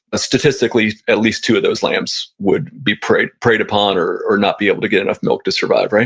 ah statistically at least two of those lambs would be preyed preyed upon or or not be able to get enough milk to survive.